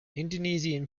indonesian